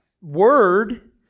word